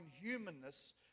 humanness